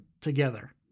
together